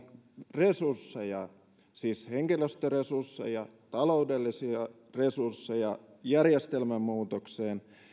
resursseja siis henkilöstöresursseja taloudellisia resursseja järjestelmämuutokseen